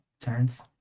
Turns